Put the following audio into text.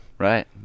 Right